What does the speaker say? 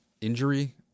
injury